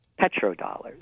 petrodollars